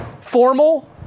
Formal